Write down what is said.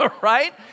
right